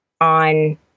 on